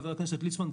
חבר הכנסת ליצמן,